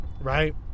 right